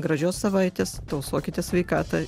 gražios savaitės tausokite sveikatą